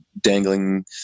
dangling